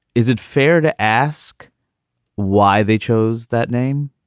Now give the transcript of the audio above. is it fair to ask why they chose that name?